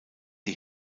die